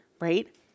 Right